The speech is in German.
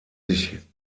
sich